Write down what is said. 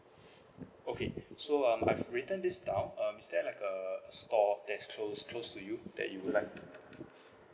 okay so um I've written this down um is there like a store that's close close to you that you would like